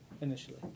initially